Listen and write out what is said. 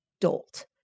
dolt